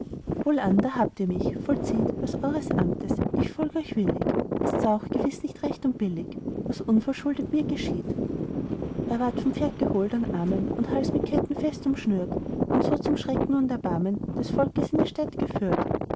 wohlan da habt ihr mich vollzieht was eures amts ich folg euch willig ist's auch gewiß nicht recht und billig was unverschuldet mir geschieht er warb vom pferd geholt an armen und hals mit ketten fest umschnürt und so zum schrecken und erbarmen des volkes in die stadt geführt